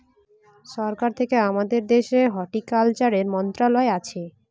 সরকার থেকে আমাদের দেশের হর্টিকালচারের মন্ত্রণালয় আছে